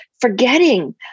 forgetting